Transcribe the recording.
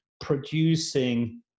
producing